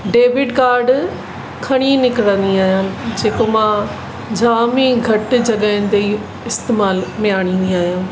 debit card खणी निकिरंदी आहियां जेको मां जाम ई घटि जॻहनि ते इस्तेमाल में आणींदी आहियां